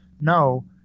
No